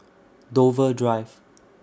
Dover Drive